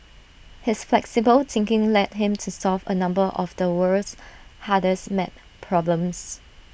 his flexible thinking led him to solve A number of the world's hardest math problems